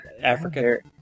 Africa